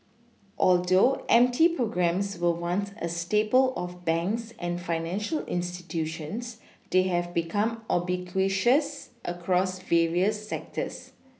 although M T programmes were once a staple of banks and financial institutions they have become ubiquitous across various sectors